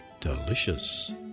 delicious